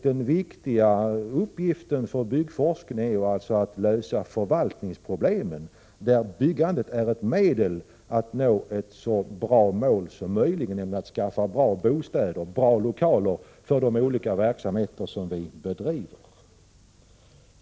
Den viktiga uppgiften för byggforskningen är att lösa förvaltningsproblemen; byggandet är ett medel att nå ett så bra mål som möjligt, nämligen att skaffa fram bra bostäder och lokaler för de olika verksamheter som vi bedriver.